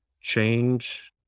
change